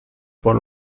por